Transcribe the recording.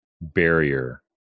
barrier